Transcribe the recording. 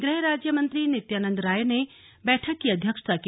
गृह राज्य मंत्री नित्यानंद राय ने बैठक की अध्यक्षता की